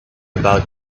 about